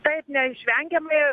taip neišvengiamai